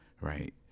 right